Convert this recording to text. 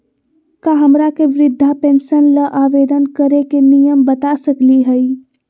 का हमरा के वृद्धा पेंसन ल आवेदन करे के नियम बता सकली हई?